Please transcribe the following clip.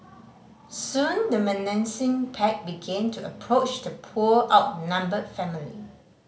soon the menacing pack began to approach the poor outnumbered family